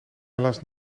helaas